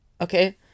okay